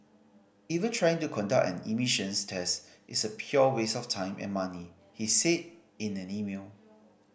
even trying to conduct an emissions test is a pure waste of time and money he said in an email